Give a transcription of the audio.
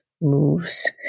moves